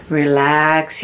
relax